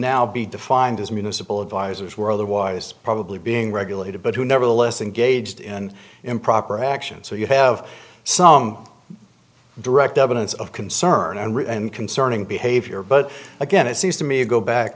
now be defined as municipal advisors were otherwise probably being regulated but who nevertheless engaged in improper actions so you have some direct evidence of concern and concerning behavior but again it seems to me you go back